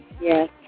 Yes